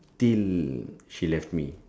till she left me